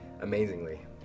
Amazingly